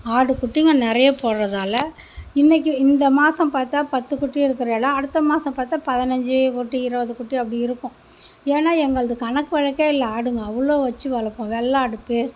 ஆடு குட்டிங்க நிறைய போட்ற தால் இன்னைக்கு இந்த மாதம் பார்த்தா பத்து குட்டி இருக்கிறல்ல அடுத்த மாதம் பார்த்தா பதினஞ்சு குட்டி இருபது குட்டி அப்படி இருக்கும் ஏன்னா எங்களது கணக்கு வழக்கே இல்லை ஆடுங்க அவ்வளோ வச்சு வளர்ப்போம் வெள்ளாடு